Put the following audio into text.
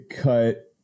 cut